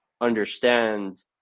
understand